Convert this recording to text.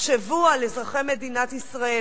תחשבו על אזרחי מדינת ישראל